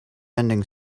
ending